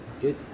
Good